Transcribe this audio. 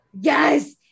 Yes